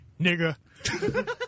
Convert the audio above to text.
nigga